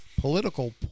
political